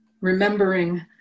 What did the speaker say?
remembering